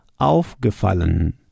aufgefallen